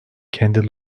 kendi